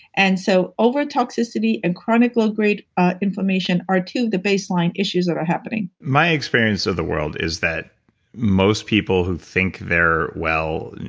and so over toxicity and chronic low grade inflammation are two of the baseline issues that are happening my experience of the world is that most people who think they're well,